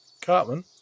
Cartman